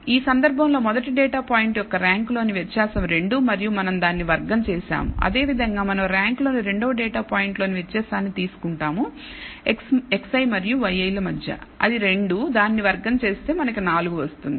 కాబట్టి ఈ సందర్భంలో మొదటి డేటా పాయింట్ యొక్క ర్యాంక్లోని వ్యత్యాసం 2 మరియు మనం దానిని వర్గం చేస్తాము అదేవిధంగా మనం ర్యాంకుల్లోని రెండవ డేటా పాయింట్లోని వ్యత్యాసాన్ని తీసుకుంటాము xi మరియు yi ల మధ్య అది 2 దానిని వర్గం చేస్తే మనకి 4 వస్తుంది